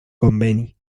conveni